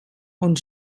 und